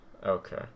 Okay